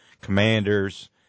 Commanders